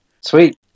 Sweet